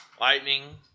Lightning